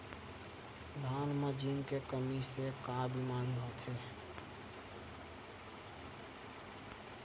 धान म जिंक के कमी से का बीमारी होथे?